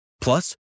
Plus